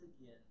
again